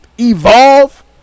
Evolve